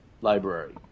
Library